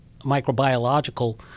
microbiological